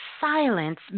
silence